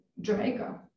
Jamaica